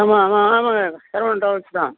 ஆமாம் ஆமாம் ஆமாங்க சரவணன் ட்ராவல்ஸ் தான்